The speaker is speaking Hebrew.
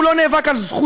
הוא לא נאבק על "זכותו",